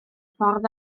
ffordd